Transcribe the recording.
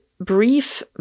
brief